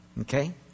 Okay